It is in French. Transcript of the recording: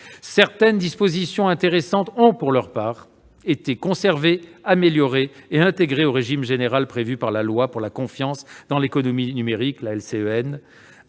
Certaines dispositions intéressantes ont, pour leur part, été conservées, améliorées et intégrées au régime général prévu par la loi pour la confiance dans l'économie numérique (LCEN)